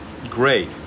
great